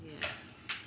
Yes